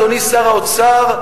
אדוני שר האוצר,